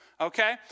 okay